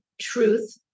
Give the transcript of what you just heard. truth